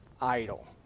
idle